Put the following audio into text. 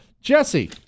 Jesse